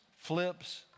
flips